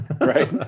Right